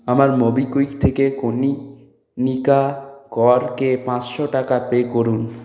আমার মোবিকুইক থেকে কনীনিকা করকে পাঁচশো টাকা পে করুন